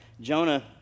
Jonah